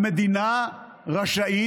המדינה רשאית,